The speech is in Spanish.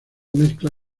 mezcla